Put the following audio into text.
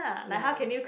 ya